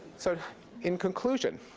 so in conclusion,